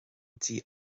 dtí